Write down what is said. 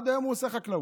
עד היום הוא עושה חקלאות.